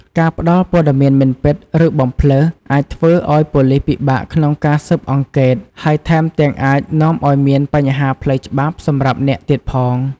ការផ្ដល់ព័ត៌មានមិនពិត ឬបំភ្លើស អាចធ្វើឲ្យប៉ូលីសពិបាកក្នុងការស៊ើបអង្កេត ហើយថែមទាំងអាចនាំឲ្យមានបញ្ហាផ្លូវច្បាប់សម្រាប់អ្នកទៀតផង។